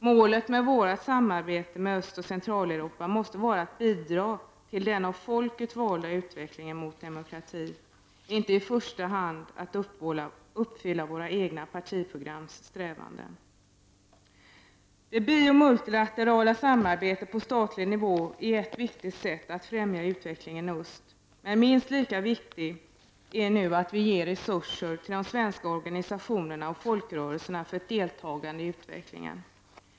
Målet med vårt samarbete med Östoch Centraleuropa måste vara att bidra till den av folket valda utvecklingen mot demokrati, inte i första hand att uppfylla våra egna partiprogramssträvanden. Det bioch multilaterala samarbetet på statlig nivå är ett viktigt sätt att främja utvecklingen i öst. Men det är minst lika viktigt att vi nu ger resurser till svenska organisationer och folkrörelser för ett deltagande i utvecklingen.